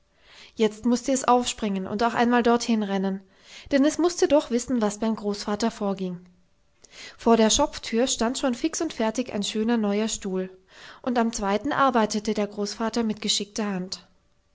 jetzt mußte es aufspringen und auch einmal dorthin rennen denn es mußte doch wissen was beim großvater vorging vor der schopftür stand schon fix und fertig ein schöner neuer stuhl und am zweiten arbeitete der großvater mit geschickter hand